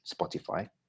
Spotify